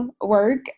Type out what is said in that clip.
work